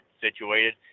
situated